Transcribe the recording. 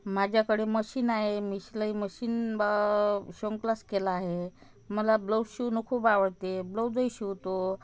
माझ्याकडे मशीन आहे मी शिलाई मशीन शिवणक्लास केला आहे मला ब्लाउज शिवणं खूप आवडते ब्लाउजही शिवतो